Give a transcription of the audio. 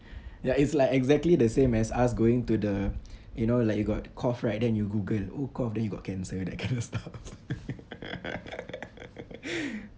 ya it's like exactly the same as us going to the you know like you got cough right then you Google oo cough then you got cancer that kind of stuff